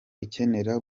ukenera